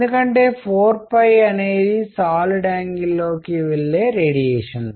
ఎందుకంటే 4అనేది సాలిడ్ యాంగిల్లోకి వెళ్లే రేడియేషన్